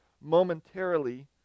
momentarily